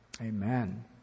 Amen